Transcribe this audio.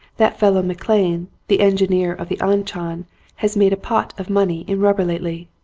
that fellow maclean, the engineer of the an-chan has made a pot of money in rubber lately,